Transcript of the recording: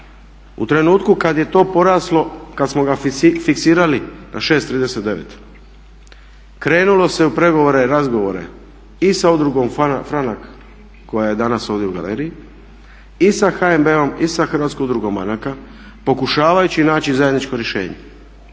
u trenutku kad je to poraslo kad smo ga fiksirali na 6,39. Krenulo se u pregovore, razgovore i sa Udrugom "Franak" koja je ovdje danas u galeriji i sa HNB-om i sa Hrvatskom udrugom banaka pokušavajući naći zajedničko rješenje.